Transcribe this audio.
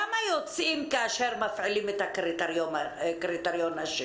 כמה יוצאים כאשר מפעילים את הקריטריון השני?